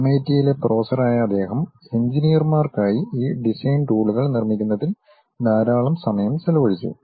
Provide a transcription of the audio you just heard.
എംഐടിയിലെ പ്രൊഫസറായ അദ്ദേഹം എഞ്ചിനീയർമാർക്കായി ഈ ഡിസൈൻ ടൂളുകൾ നിർമ്മിക്കുന്നതിൽ ധാരാളം സമയം ചെലവഴിച്ചു